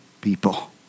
people